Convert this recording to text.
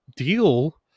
deal